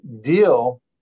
deal